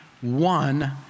one